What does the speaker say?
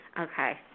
Okay